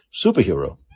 superhero